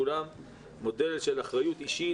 מודל של אחריות אישית,